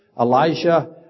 Elijah